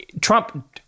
Trump